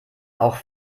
auch